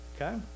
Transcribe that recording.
Okay